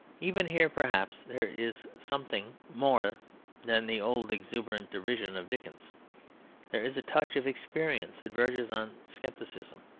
even here, perhaps, there is something more than the old exuberant derision of dickens there is a touch of experience that verges on scepticism.